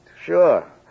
Sure